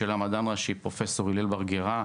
פרופ' הלל בר גרא,